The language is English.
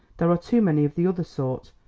there are too many of the other sort.